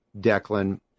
Declan